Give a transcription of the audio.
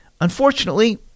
Unfortunately